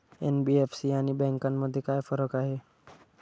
NBFC आणि बँकांमध्ये काय फरक आहे?